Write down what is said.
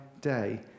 day